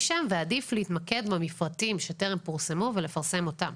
שהם ועדיף להתמקד במפרטים שטרם פורסמו ולפרסם אותם.